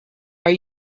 are